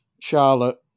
Charlotte